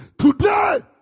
today